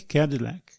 Cadillac